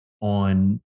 on